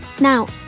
Now